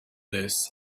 this